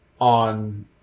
on